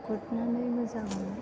गुरनानै मोजां मोनो